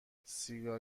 سیگار